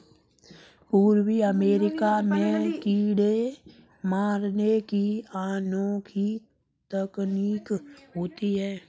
पूर्वी अमेरिका में कीड़े मारने की अनोखी तकनीक होती है